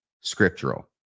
scriptural